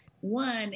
One